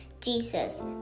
Jesus